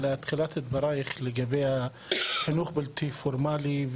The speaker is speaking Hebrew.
לתחילת דברייך לגבי החינוך הבלתי פורמלי,